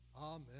Amen